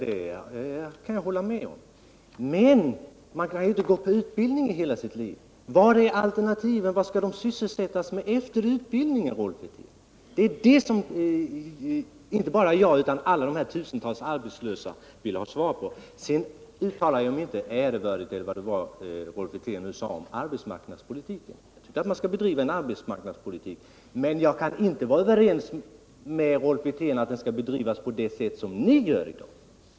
Herr talman! Jag kan hålla med om detta, Rolf Wirtén. Men man kan inte gå på utbildning i hela sitt liv. Vilka är alternativen? Vad skall de sysselsättas med efter utbildningen? Det är detta som inte bara jag utan alla de tusentals arbetslösa vill ha svar på. Jag uttalade mig inte vanvördigt om arbetsmarknadspolitiken, men jag kan inte vara överens med Rolf Wirtén om att den skall bedrivas på det sätt som ni gör i dag.